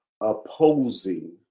opposing